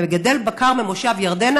מגדל בקר ממושב ירדנה,